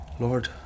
Lord